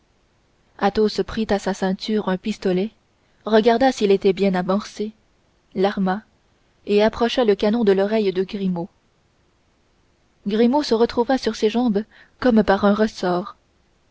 tête athos prit à sa ceinture un pistolet regarda s'il était bien amorcé l'arma et approcha le canon de l'oreille de grimaud grimaud se retrouva sur ses jambes comme par un ressort